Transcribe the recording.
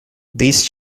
these